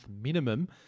minimum